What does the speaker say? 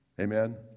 Amen